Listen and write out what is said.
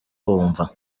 wumva